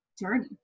journey